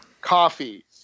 coffee